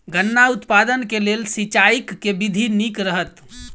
गन्ना उत्पादन केँ लेल सिंचाईक केँ विधि नीक रहत?